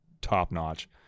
top-notch